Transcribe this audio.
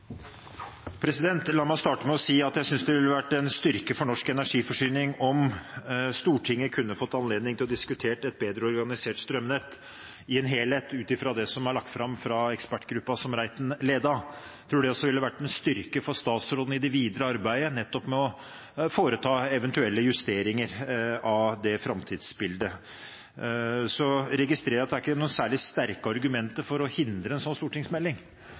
La meg starte med å si at jeg synes det ville være en styrke for norsk energiforsyning om Stortinget kunne få anledning til å diskutere et bedre organisert strømnett i en helhet ut fra det som er lagt fram av ekspertgruppen som Reiten ledet. Jeg tror det også ville vært en styrke for statsråden i det videre arbeidet med å foreta eventuelle justeringer av det framtidsbildet. Jeg registrerer at det er ikke noen særlig sterke argumenter for å hindre en slik stortingsmelding